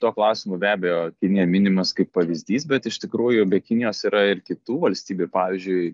tuo klausimu be abejo kinija minimas kaip pavyzdys bet iš tikrųjų be kinijos yra ir kitų valstybių pavyzdžiui